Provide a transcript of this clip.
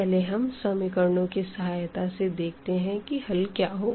पहले हम इक्वेशनस की सहायता से देखते हैं कि हल क्या होगा